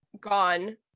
gone